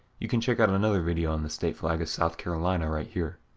you can check out and another video on the state flag of south carolina right here.